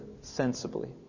sensibly